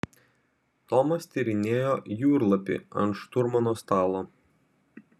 tomas tyrinėjo jūrlapį ant šturmano stalo